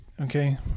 okay